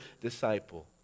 disciple